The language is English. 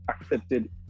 accepted